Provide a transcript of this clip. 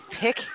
pick